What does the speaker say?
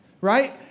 right